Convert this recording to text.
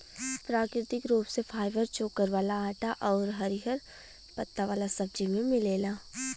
प्राकृतिक रूप से फाइबर चोकर वाला आटा आउर हरिहर पत्ता वाला सब्जी में मिलेला